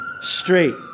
straight